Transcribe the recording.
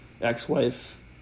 ex-wife